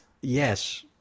Yes